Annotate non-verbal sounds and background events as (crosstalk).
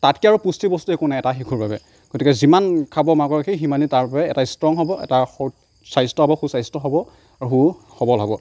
তাতকৈ আৰু পুষ্টিৰ বস্তু একো নাই এটা শিশুৰ বাবে গতিকে যিমান খাব মাকৰ গাখীৰ সিমানেই তাৰপৰাই এটা ষ্ট্ৰং হ'ব এটা (unintelligible) স্বাস্থ্য হ'ব সু স্বাস্থ্য হ'ব আৰু সু সবল হ'ব